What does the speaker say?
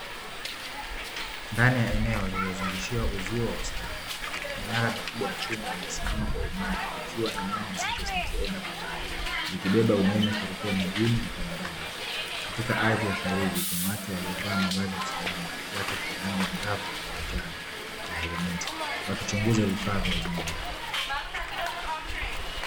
Ndani ya eneo lililozungushiwa uzio wa usalama, minara mikubwa ya chuma imesimama kwa uimara ikiwa na nyaya nzito zinazoenda kwa mbali zikibeba umeme kuelekea mijini na viwandani, katika ardhi ya saruji kuna watu waliovaa mavazi ya usalama jaketi za rangi angavu ya njano na helemeti wakichunguza vifaa vya umeme.